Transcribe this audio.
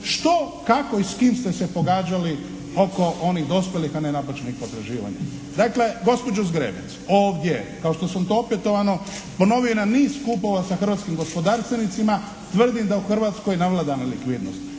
što, kako i s kim ste se pogađali oko onih dospjelih a nenaplaćenih potraživanja? Dakle, gospođo Zgrebec! Ovdje kao što sam to opetovano ponovio i na niz skupova sa hrvatskim gospodarstvenicima, tvrdim da u Hrvatskoj ne vlada nelikvidnost.